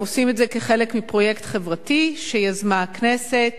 הם עושים את זה כחלק מפרויקט חברתי שיזמה הכנסת.